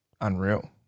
unreal